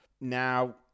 now